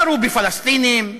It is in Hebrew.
ירו בפלסטינים,